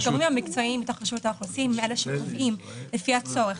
הגורמים המקצועיים בתוך רשות האוכלוסין הם אלה שקובעים לפי הצורך,